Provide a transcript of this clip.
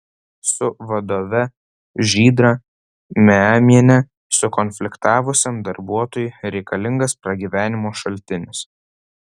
su vadove žydra meemiene sukonfliktavusiam darbuotojui reikalingas pragyvenimo šaltinis